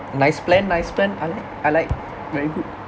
nice plan nice plan I like I like very good